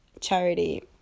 charity